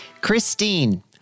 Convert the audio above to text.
Christine